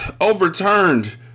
overturned